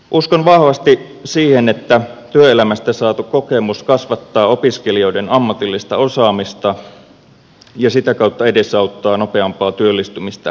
uskon vahvasti siihen että työelämästä saatu kokemus kasvattaa opiskelijoiden ammatillista osaamista ja sitä kautta edesauttaa nopeampaa työllistymistä valmistumisen jälkeen